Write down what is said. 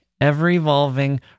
ever-evolving